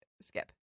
skip